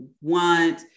want